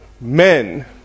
men